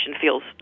feels